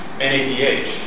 NADH